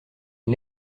une